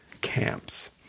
camps